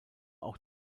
auch